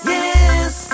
Yes